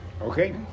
Okay